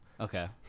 Okay